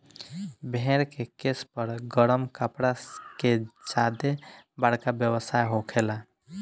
भेड़ के केश पर गरम कपड़ा के ज्यादे बरका व्यवसाय होखेला